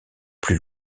plus